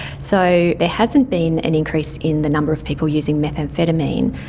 so there hasn't been an increase in the number of people using methamphetamine,